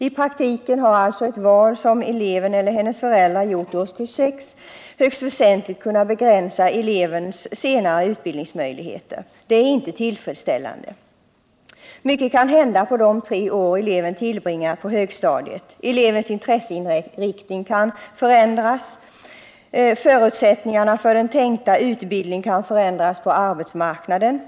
I praktiken har alltså ett val som eleven eller hennes föräldrar gjort i årskurs sex högst väsentligt kunnat begränsa elevens senare utbildningsmöjligheter. Det är inte tillfredsställande. Mycket kan hända på de tre år eleven tillbringar på högstadiet. Elevens intresseinriktning kan förändras, och förutsättningarna på arbetsmarknaden för den tänkta utbildningen kan också förändras.